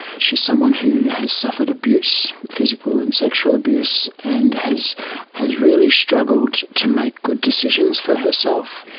she is someone who has suffered abuse, physical and sexual abuse, and has has really struggled to make good decisions for herself.